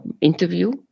interview